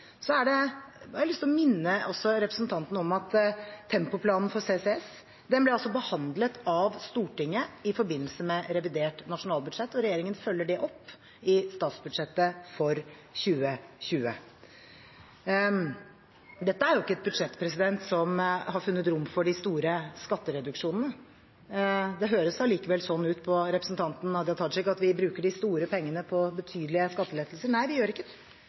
har lyst til å minne representanten om at tempoplanen for CCS ble behandlet av Stortinget i forbindelse med revidert nasjonalbudsjett, og regjeringen følger det opp i statsbudsjettet for 2020. Dette er ikke et budsjett som har funnet rom for de store skattereduksjonene. Det høres allikevel ut på representanten Hadia Tajik som at vi bruker de store pengene på betydelige skattelettelser. Nei, vi gjør ikke det.